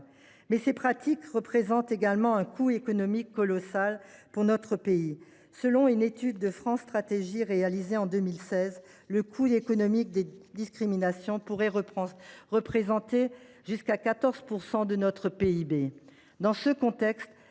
plus, ces pratiques représentent également un coût économique colossal pour notre pays. Selon une étude de France Stratégie réalisée en 2016, le coût économique des discriminations pourrait représenter jusqu’à 14 % de notre PIB. Dans ce contexte,